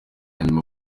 nyuma